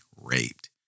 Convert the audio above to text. raped